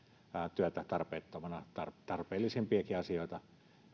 työtä tarpeettomana tarpeellisempiakin asioita